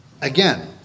again